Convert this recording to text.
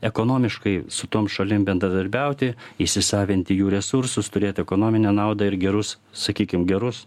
ekonomiškai su tom šalim bendradarbiauti įsisavinti jų resursus turėti ekonominę naudą ir gerus sakykim gerus